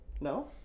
no